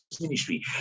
ministry